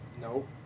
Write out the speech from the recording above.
Nope